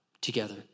together